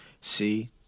See